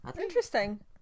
interesting